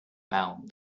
found